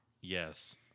Yes